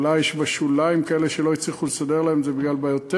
אולי יש בשוליים כאלה שלא הצליחו לסדר להם את זה בגלל בעיות טכניות.